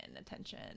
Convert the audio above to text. attention